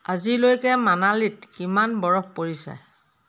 আজিলৈকে মানালীত কিমান বৰফ পৰিছে